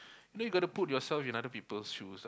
you know you gotta put yourself in other people's shoes